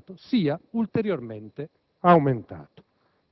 privato sia ulteriormente aumentato.